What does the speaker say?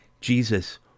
Jesus